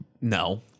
No